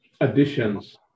additions